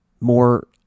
more